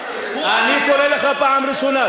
אני קורא לך פעם ראשונה.